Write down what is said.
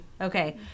Okay